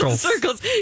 Circles